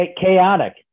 Chaotic